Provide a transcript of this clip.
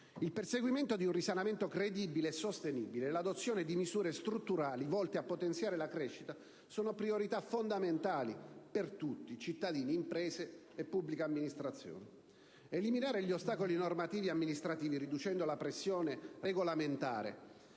Il perseguimento di un risanamento credibile e sostenibile e l'adozione di misure strutturali volte a potenziare la crescita sono priorità fondamentali per tutti, cittadini, imprese e pubblica amministrazione. Eliminare gli ostacoli normativi e amministrativi, riducendo la pressione regolamentare